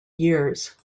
years